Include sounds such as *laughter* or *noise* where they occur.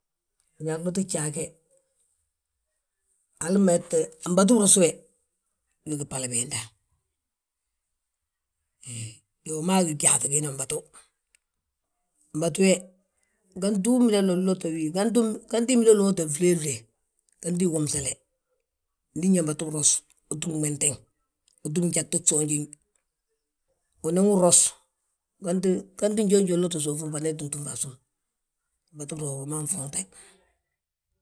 Gloti gjaa ge, *hesitation* mbatu biros we, begí bbala biinda. He wi ma gí gyaaŧi giinda ma mbatu, mbatu we gantu umida lot lote wi, ganti imida wi lotte flee flee, ganti iwom sele. Ndi nyaa mbatu biros, utúm gmentiŋ, utúm gjagtu gsoonj, unan wi ros, ganti njalu njal uloti suufi nfana, ii tti túmwa a bsúm. Mbatu ros wi ma wi nfuuŋ te.